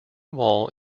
wall